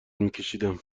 میکشیدم